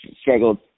struggled